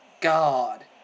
God